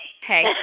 Hey